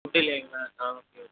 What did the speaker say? உட்டுலைங்களா ஆ okay okay